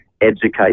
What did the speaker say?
educate